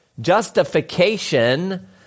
justification